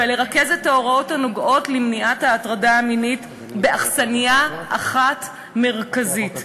ולרכז את ההוראות הנוגעות במניעת הטרדה מינית באכסניה אחת מרכזית.